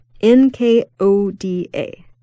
N-K-O-D-A